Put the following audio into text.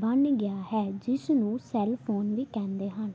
ਬਣ ਗਿਆ ਹੈ ਜਿਸ ਨੂੰ ਸੈੱਲਫ਼ੋਨ ਵੀ ਕਹਿੰਦੇ ਹਨ